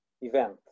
event